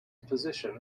position